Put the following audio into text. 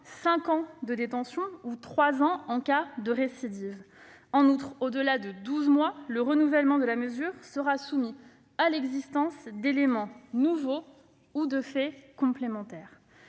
cinq ans de détention, ou trois ans en cas de récidive. En outre, au-delà de douze mois, le renouvellement de la mesure sera soumis à l'existence d'éléments nouveaux ou complémentaires.